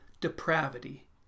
depravity